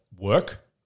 work